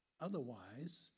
Otherwise